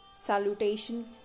Salutation